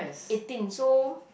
eighteen so